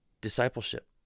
discipleship